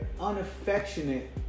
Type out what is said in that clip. unaffectionate